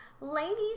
Ladies